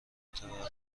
متورم